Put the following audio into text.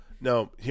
No